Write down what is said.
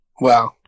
Wow